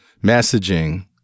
messaging